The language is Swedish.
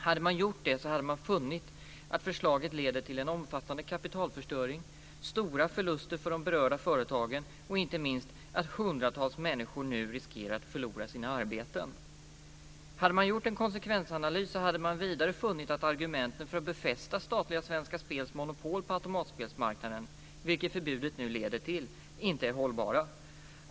Hade man gjort det så hade man funnit att förslaget leder till en omfattande kapitalförstöring och stora förluster för de berörda företagen och inte minst till att hundratals människor nu riskerar att förlora sina arbeten. Hade man gjort en konsekvensanalys så hade man vidare funnit att argumenten för att befästa statliga Svenska Spels monopol på automatspelsmarknaden, vilket förbudet nu leder till, inte är hållbara.